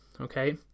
okay